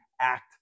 act